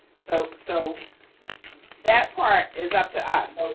so so, that part is up to us.